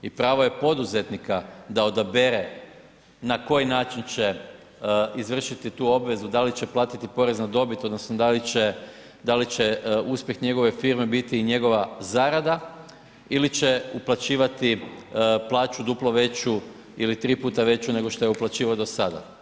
I pravo je poduzetnika da odabere na koji način će izvršiti tu obvezu, da li će platiti porez na dobit odnosno da li će uspjeh njegove firme biti i njegova zarada ili će uplaćivati plaću duplo veću ili tri puta veću nego šta je uplaćivao do sada.